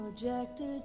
projected